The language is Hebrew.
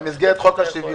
בסדר.